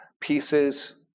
pieces